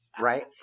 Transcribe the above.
right